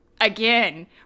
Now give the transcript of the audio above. again